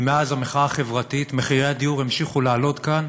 מאז המחאה החברתית מחירי הדיור המשיכו לעלות כאן